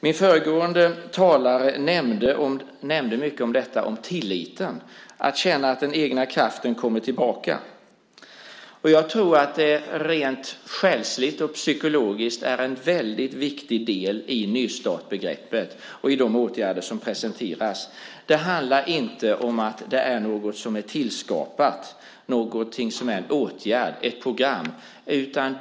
Den föregående talaren talade mycket om tillit, att känna att den egna kraften kommer tillbaka. Jag tror att det själsligt och psykologiskt är en viktig del i nystartsbegreppet och de åtgärder som presenteras. Det handlar inte om något som är skapat, en åtgärd, ett program.